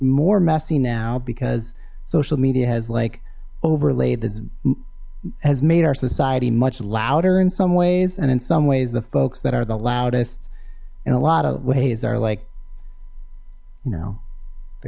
more messy now because social media has like overlaid this has made our society much louder in some ways and in some ways the folks that are the loudest in a lot of ways are like you know the